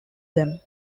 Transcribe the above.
them